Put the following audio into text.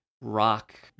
rock